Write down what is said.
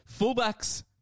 Fullbacks